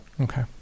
Okay